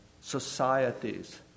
societies